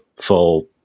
full